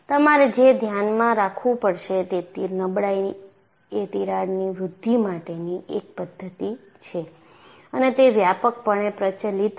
તમારે જે ધ્યાનમાં રાખવું પડશે તે નબળાઈ એ તિરાડની વૃદ્ધિ માટેની એક પદ્ધતિ છે અને તે વ્યાપકપણે પ્રચલિત છે